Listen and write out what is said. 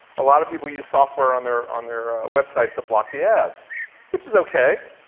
a lot of people use software on their on their websites that block the ads which is okay.